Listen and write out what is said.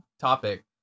topic